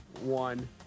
one